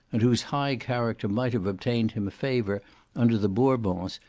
and whose high character might have obtained him favour under the bourbons,